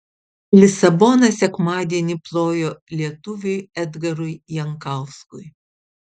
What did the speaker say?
lisabona sekmadienį plojo lietuviui edgarui jankauskui